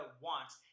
wants